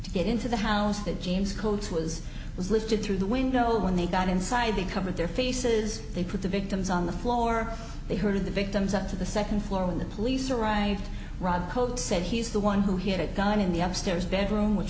to get into the house that james called was was lifted through the window when they got inside the cover their faces they put the victims on the floor they herded the victims up to the second floor when the police arrived rob said he's the one who had a gun in the up stairs bedroom which